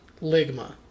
Ligma